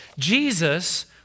Jesus